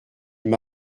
m’a